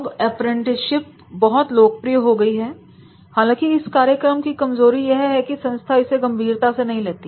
अब अप्रेंटिसशिप बहुत लोकप्रिय हो गई है हालांकि एक कार्यक्रम की कमजोरी यह है कि संस्था इसे गंभीरता से नहीं लेती